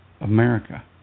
America